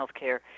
healthcare